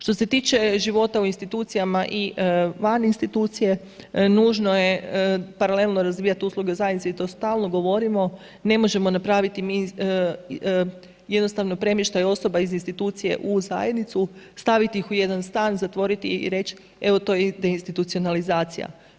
Što se tiče života u institucijama i van institucije, nužno je paralelno razvijati usluge zajednice i to stalno govorimo, ne možemo napraviti jednostavno premještaj osoba iz institucije u zajednicu, staviti ih u jedan stan, zatvoriti ih i reći evo, to je deinstitucionalizacija.